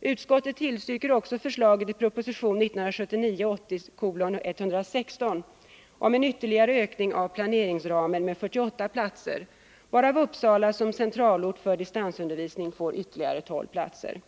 Utskottet tillstyrker också förslaget i propösition 1979/80:116 om en ytterligare ökning av planeringsramen med 48 platser, varav Uppsala som centralort för distansundervisning får ytterligare 12 platser.